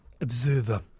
observer